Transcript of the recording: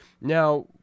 Now